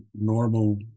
normal